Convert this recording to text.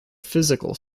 physical